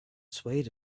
swayed